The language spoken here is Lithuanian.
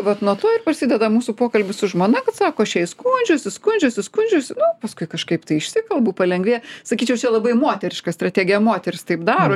vat nuo to ir prasideda mūsų pokalbis su žmona kad sako šiai skundžiuosi skundžiuosi skundžiuosi nu paskui kažkaip tai išsikalbu palengvėja sakyčiau čia labai moteriška strategija moterys taip daro